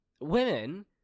women